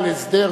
חבר הכנסת ברכה,